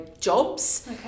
jobs